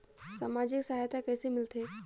समाजिक सहायता कइसे मिलथे?